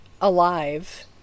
alive